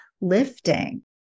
lifting